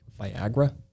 Viagra